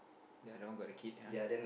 ya the other one got the kid ya